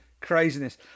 Craziness